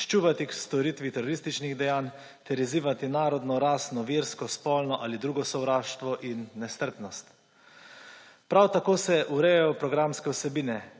ščuvati k storitvi terorističnih dejanj ter izzivati narodno, rasno, versko, spolno ali drugo sovraštvo in nestrpnost. Prav tako se urejajo programske vsebine,